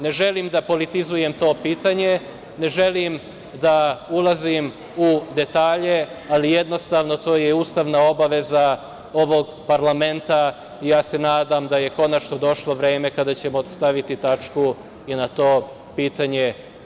Ne želim da politizujem to pitanje, ne želim da ulazim u detalje, ali jednostavno to je ustavna obaveza ovog parlamenta i ja se nadam da je konačno došlo vreme kada ćemo staviti tačku i na to pitanje.